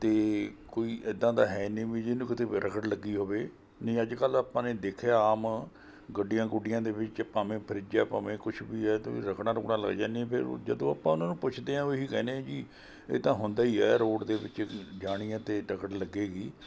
ਅਤੇ ਕੋਈ ਇੱਦਾਂ ਦਾ ਹੈ ਨਹੀਂ ਵੀ ਜਿਹਨੂੰ ਕਿਤੇ ਰਗੜ ਲੱਗੀ ਹੋਵੇ ਨਹੀਂ ਅੱਜ ਕੱਲ੍ਹ ਆਪਾਂ ਨੇ ਦੇਖਿਆ ਆਮ ਗੱਡੀਆਂ ਗੁੱਡੀਆਂ ਦੇ ਵਿੱਚ ਭਾਵੇਂ ਫਰਿੱਜ ਹੈ ਭਾਵੇਂ ਕੁਛ ਵੀ ਹੈ ਅਤੇ ਉਹਨੂੰ ਰਗੜਾਂ ਰੁਗੜਾਂ ਲੱਗ ਜਾਂਦੀਆਂ ਫਿਰ ਜਦੋਂ ਆਪਾਂ ਉਹਨਾਂ ਨੂੰ ਪੁੱਛਦੇ ਹਾਂ ਉਹ ਇਹ ਹੀ ਕਹਿੰਦੇ ਆ ਜੀ ਇਹ ਤਾਂ ਹੁੰਦਾ ਹੀ ਹੈ ਰੋਡ ਦੇ ਵਿੱਚ ਜਾਣੀ ਹੈ ਅਤੇ ਰਗੜ ਲੱਗੇਗੀ